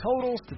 totals